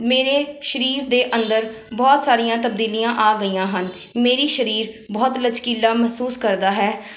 ਮੇਰੇ ਸਰੀਰ ਦੇ ਅੰਦਰ ਬਹੁਤ ਸਾਰੀਆਂ ਤਬਦੀਲੀਆਂ ਆ ਗਈਆਂ ਹਨ ਮੇਰੀ ਸਰੀਰ ਬਹੁਤ ਲਚਕੀਲਾ ਮਹਿਸੂਸ ਕਰਦਾ ਹੈ